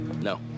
no